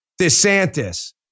DeSantis